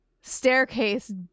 staircase